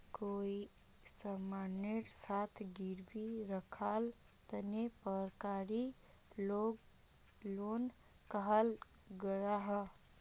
कोए सामानेर साथे गिरवी राखाल लोन पारंपरिक लोन कहाल गयाहा